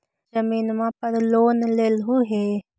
जमीनवा पर लोन लेलहु हे?